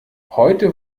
heute